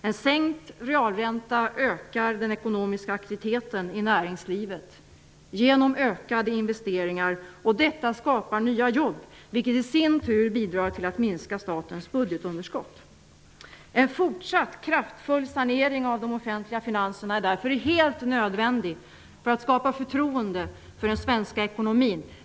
En sänkt realränta ökar den ekonomiska aktiviteten i näringslivet genom ökade investeringar, och detta skapar nya jobb, vilket i sin tur bidrar till att minska statens budgetunderskott. En fortsatt kraftfull sanering av de offentliga finanserna är därför helt nödvändig för att skapa förtroende för den svenska ekonomin.